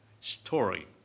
story